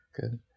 good